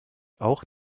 auch